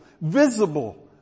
visible